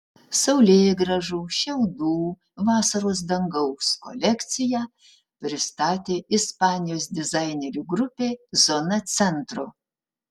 saulėgrąžų šiaudų vasaros dangaus kolekciją pristatė ispanijos dizainerių grupė zona centro